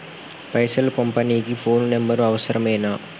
పైసలు పంపనీకి phone number అవసరమేనా?